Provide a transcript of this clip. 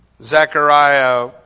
Zechariah